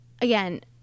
again